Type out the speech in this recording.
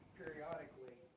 periodically